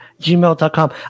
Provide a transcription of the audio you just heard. gmail.com